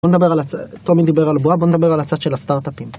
בוא נדבר על הצד, תומי דיבר על בועה, בוא נדבר על הצד של הסטארט-אפים.